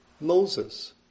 Moses